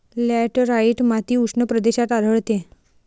laterite माती उष्ण प्रदेशात आढळते